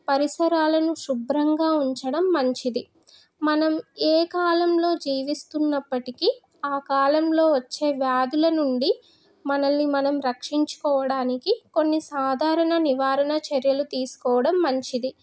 పరిసరాలను శుభ్రంగా ఉంచడం మంచిది మనం ఏ కాలంలో జీవిస్తున్నప్పటికి ఆ కాలంలో వచ్చే వ్యాధుల నుండి మనల్ని మనం రక్షించుకోవడానికి కొన్ని సాధారణ నివారణ చర్యలు తీసుకోవడం మంచిది